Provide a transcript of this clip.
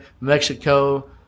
Mexico